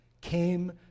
came